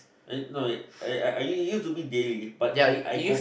I no I I I used to be daily but I com~